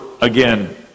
again